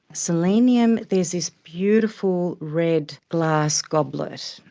selenium, there's this beautiful red glass goblet,